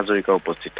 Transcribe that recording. the hopeless